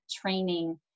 training